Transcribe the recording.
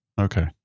Okay